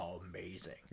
amazing